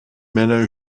männer